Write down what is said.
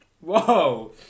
Whoa